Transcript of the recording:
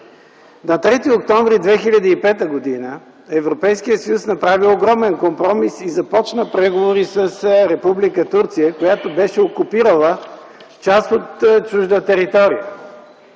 На 3 октомври 2005 г. Европейският съюз направи огромен компромис и започна преговори с Република Турция, която беше окупирала част от чужда територия,